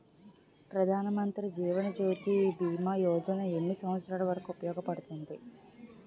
ప్రధాన్ మంత్రి జీవన్ జ్యోతి భీమా యోజన ఎన్ని సంవత్సారాలు వరకు ఉపయోగపడుతుంది?